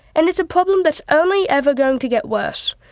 and it's a problem that's only ever going to get worse,